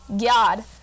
God